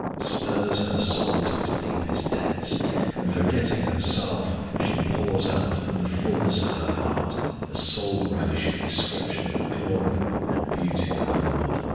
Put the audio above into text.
stirs her soul to its deepest depths and, forgetting herself, she pours out from the fulness of her heart a soul-ravishing description of the glory and beauty of her lord.